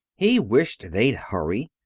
he wished they'd hurry.